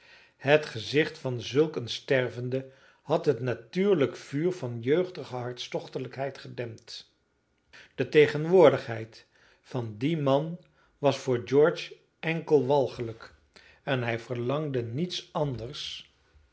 het gezicht van zulk een stervende had het natuurlijk vuur van jeugdige hartstochtelijkheid gedempt de tegenwoordigheid van dien man was voor george enkel walgelijk en hij verlangde niets anders